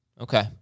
Okay